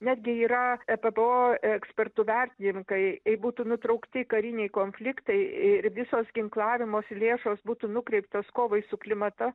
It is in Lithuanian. netgi yra epbo ekspertų vertininkai jei būtų nutraukti kariniai konfliktai ir visos ginklavimosi lėšos būtų nukreiptos kovai su klimato